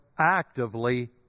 actively